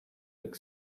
look